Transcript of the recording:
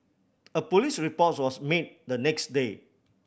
a police reports was made the next day